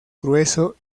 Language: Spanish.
grueso